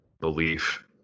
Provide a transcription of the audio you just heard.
belief